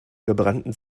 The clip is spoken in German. gebrannten